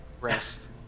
rest